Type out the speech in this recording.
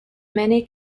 many